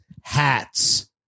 hats